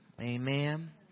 Amen